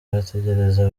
bategereza